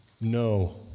No